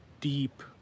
deep